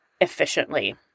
efficiently